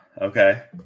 Okay